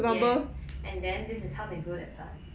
yes and then this is how they grow their plants